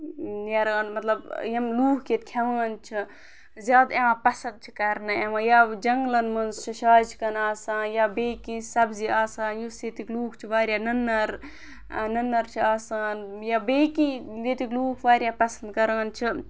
نیران مطلب یِم لُکھ ییٚتہِ کھٮ۪وان چھِ زیادٕ یِوان پَسنٛد چھِ کَرنہٕ یِوان یا جَنٛگلَن منٛز چھِ شاجکَن آسان یا بیٚیہِ کینٛہہ سبزی آسان یُس ییٚتِکۍ لُکھ چھِ واریاہ نُنَر نُنَر چھِ آسان یا بیٚیہِ کینٛہہ ییٚتِکۍ لوٗکھ واریاہ پَسنٛد کَران چھِ